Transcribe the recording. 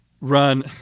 run